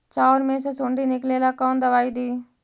चाउर में से सुंडी निकले ला कौन दवाई दी?